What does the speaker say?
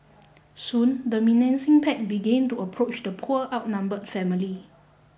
soon the menacing pack began to approach the poor outnumbered family